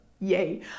Yay